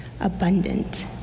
abundant